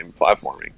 platforming